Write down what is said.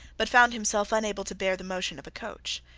but found himself unable to bear the motion of a coach.